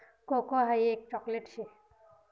cocoa हाई एक chocolate शे